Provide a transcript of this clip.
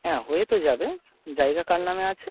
হ্যাঁ হয়ে তো যাবে জায়গা কার নামে আছে